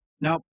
Now